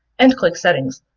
and click settings.